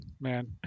man